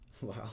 Wow